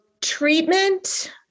treatment